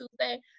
Tuesday